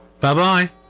Bye-bye